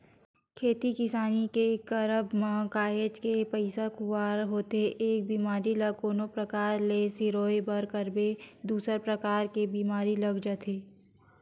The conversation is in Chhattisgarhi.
खेती किसानी के करब म काहेच के पइसा खुवार होथे एक बेमारी ल कोनो परकार ले सिरोय बर करबे दूसर परकार के बीमारी लग जाथे